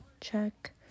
Check